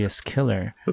killer